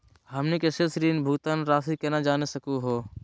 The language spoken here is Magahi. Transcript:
हमनी के शेष ऋण भुगतान रासी केना जान सकू हो?